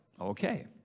okay